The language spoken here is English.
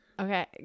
Okay